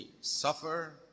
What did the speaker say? suffer